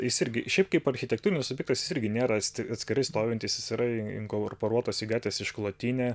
jis irgi šiaip kaip architektūrinis objektas jis irgi nėra atskirai stovintis jis yra inkorporuotas į gatvės išklotinę